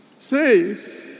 says